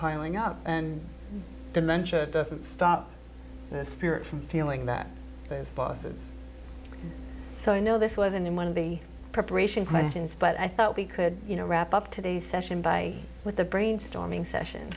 piling up and dementia doesn't stop the spirit from feeling that there's losses so i know this wasn't in one of the preparation questions but i thought we could you know wrap up today's session by with the brainstorming session